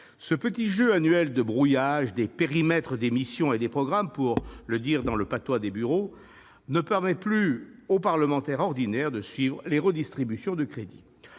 Ce petit jeu annuel de brouillage des « périmètres » des missions et des programmes, pour le dire dans le patois des bureaux, ne permet plus au parlementaire ordinaire de suivre les redistributions de crédits.